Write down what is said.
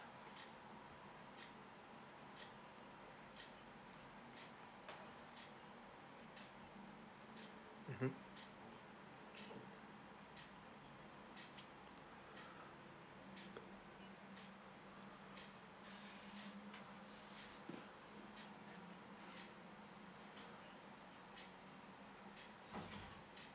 mmhmm